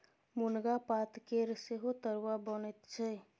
मुनगा पातकेर सेहो तरुआ बनैत छै